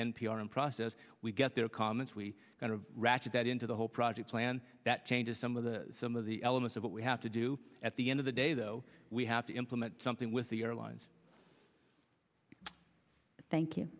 m process we get their comments we kind of ratchet that into the whole project plan that changes some of the some of the elements of what we have to do at the end of the day though we have to implement something with the airlines thank